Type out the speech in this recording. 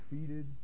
defeated